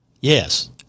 Yes